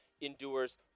endures